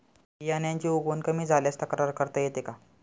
बियाण्यांची उगवण कमी झाल्यास तक्रार करता येते का?